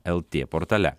lt portale